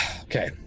Okay